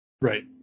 Right